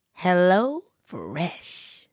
HelloFresh